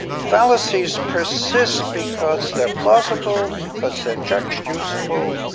fallacies persist because they're plausible, because so judged useful,